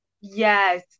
Yes